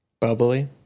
bubbly